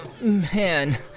Man